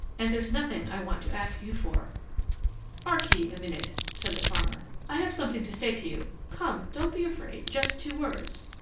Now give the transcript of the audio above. and there's nothing i want to ask you for hark ye a minute, said the farmer, i have something to say to you come don't be afraid just two words.